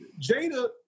Jada